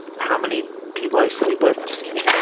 how many people i sleep with, just kidding.